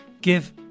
give